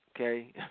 okay